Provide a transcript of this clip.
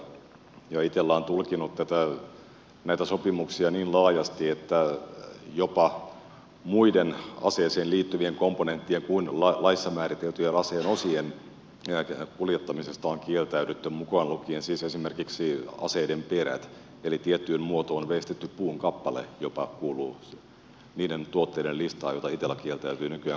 itella on tulkinnut näitä sopimuksia niin laajasti että jopa muiden aseisiin liittyvien komponenttien kuin laissa määriteltyjen aseen osien kuljettamisesta on kieltäydytty mukaan lukien siis esimerkiksi aseiden terät eli tiettyyn muotoon veistetty puun kappale jopa kuuluu niiden tuotteiden listaan joita itella kieltäytyy nykyään kuljettamasta